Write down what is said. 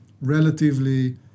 relatively